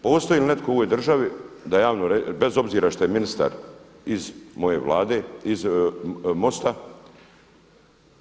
Postoji li netko u ovoj državi da javno, bez obzira šta je ministar iz moje Vlade, iz MOST-a.